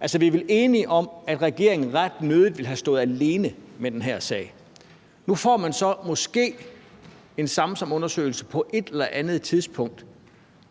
fået. Vi er vel enige om, at regeringen ret nødig ville have stået alene med den her sag. Nu får man så måske en Samsamundersøgelse på et eller andet tidspunkt.